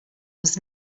was